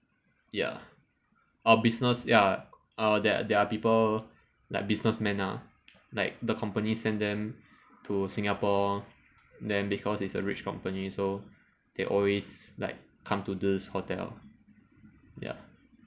ya uh business ya uh there there are people like businessman ah like the company send them to singapore then because it's a rich company so they always like come to this hotel yup